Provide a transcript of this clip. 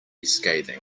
scathing